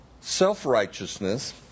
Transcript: Self-righteousness